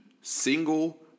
single